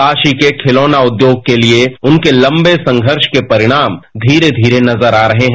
काशी के खिलौना उद्योग के लिए उनके लंबे संघर्ष के परिणाम धीरे धीरे नजर आ रहे हैं